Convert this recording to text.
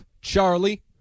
Charlie